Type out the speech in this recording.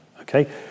okay